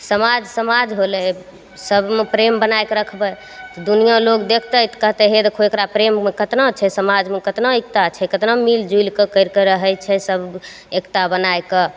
समाज समाज होलै सबमे प्रेम बनैके राखबै दुनिआँ लोक देखतै तऽ कहतै हे देखहो एकरा प्रेममे कतना छै समाजमे कतना एकता छै कतना मिलिजुलिके करिके रहै छै सभ एकता बनैके